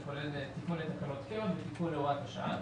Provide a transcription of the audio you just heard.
זה כולל תיקון לתקנות קבע ותיקון להוראת השעה.